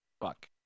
Fuck